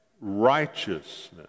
righteousness